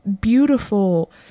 beautiful